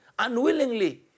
unwillingly